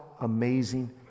amazing